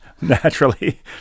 naturally